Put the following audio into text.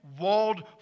walled